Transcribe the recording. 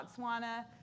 Botswana